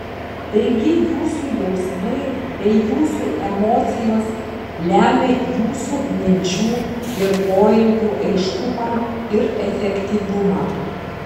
taigi jūsų jausmai bei jūsų emocijos lemia jūsų minčių ir poelgių aiškumą ir efektyvumą